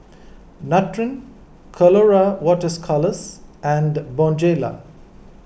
Nutren Colora Waters Colours and Bonjela